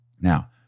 Now